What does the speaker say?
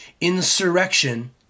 insurrection